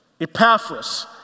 Epaphras